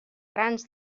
grans